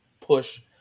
push